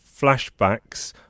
flashbacks